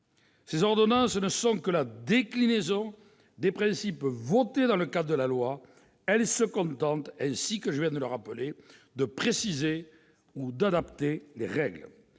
Ces ordonnances ne sont que la déclinaison des principes votés dans le cadre de la loi ; elles se contentent, ainsi que je viens de le rappeler, de préciser ou d'adapter les règles.